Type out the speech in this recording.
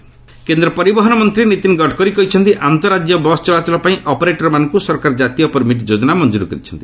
national bus permit କେନ୍ଦ୍ର ପରିବହନ ମନ୍ତ୍ରୀ ନୀତିନ ଗଡକରୀ କହିଛନ୍ତି ଆନ୍ତଃରାଜ୍ୟ ବସ୍ ଚଳାଚଳ ପାଇଁ ଅପରେଟର ମାନଙ୍କୁ ସରକାର ଜାତୀୟ ପରମିଟ୍ ଯୋଜନା ମଞ୍ଜୁରୀ କରିଛନ୍ତି